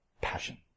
Passion